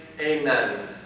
Amen